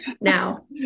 now